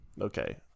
Okay